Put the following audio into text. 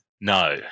No